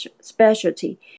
specialty